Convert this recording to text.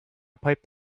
pipe